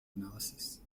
analyses